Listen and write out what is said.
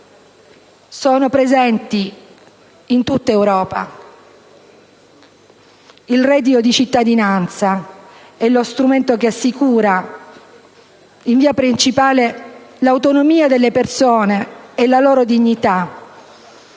sono presenti in tutta Europa. Il reddito di cittadinanza è lo strumento che assicura, in via principale, l'autonomia delle persone e la loro dignità.